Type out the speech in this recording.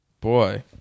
Boy